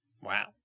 Wow